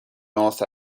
north